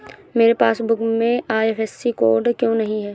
मेरे पासबुक में IFSC code क्यो नहीं है?